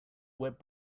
web